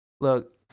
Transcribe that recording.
Look